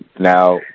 Now